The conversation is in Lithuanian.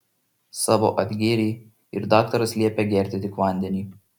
savo atgėrei ir daktaras liepė gerti tik vandenį